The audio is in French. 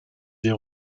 des